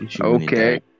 okay